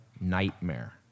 nightmare